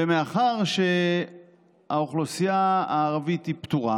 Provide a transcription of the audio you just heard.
ומאחר שהאוכלוסייה הערבית פטורה